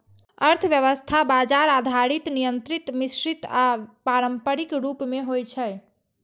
अर्थव्यवस्था बाजार आधारित, नियंत्रित, मिश्रित आ पारंपरिक रूप मे होइ छै